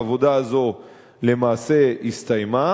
העבודה הזאת למעשה הסתיימה.